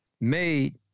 made